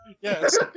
yes